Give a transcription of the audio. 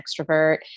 extrovert